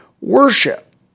worship